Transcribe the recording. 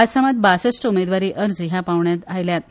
आसामात बासश्ट उमेदवारी अर्ज ह्या पांवड्यांत आयल्यात